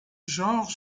genre